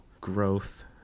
growth